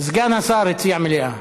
סגן השר הציע מליאה,